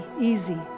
easy